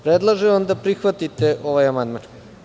Predlažem vam da prihvatite ovaj amandman.